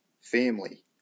family